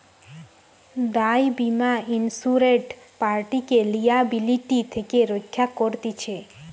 দায় বীমা ইন্সুরেড পার্টিকে লিয়াবিলিটি থেকে রক্ষা করতিছে